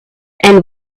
and